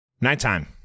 Nighttime